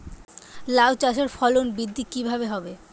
লাউ চাষের ফলন বৃদ্ধি কিভাবে হবে?